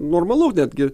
normalu netgi